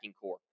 core